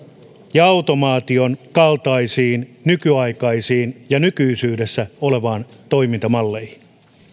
ja automaation kaltaisiin nykyaikaisiin ja nykyisyydessä oleviin toimintamalleihin